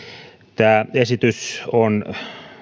tämä esitys on